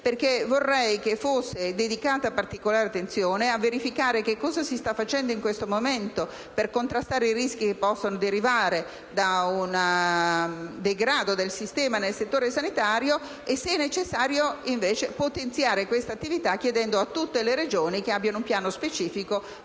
perché vorrei che fosse dedicata particolare attenzione a verificare cosa si sta facendo in questo momento per contrastare i rischi che possono derivare da un degrado del sistema nel settore sanitario. E, se necessario, occorre potenziare questa attività, chiedendo a tutte le Regioni di avere un piano specifico